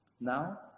Now